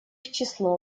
число